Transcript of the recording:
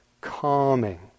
calming